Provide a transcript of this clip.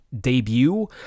debut